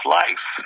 life